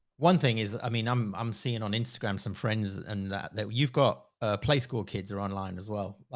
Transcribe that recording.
one thing is, i mean, i'm, i'm seeing on instagram some friends and that that you've got a play score. kids are online as well, like,